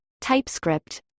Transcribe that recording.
typescript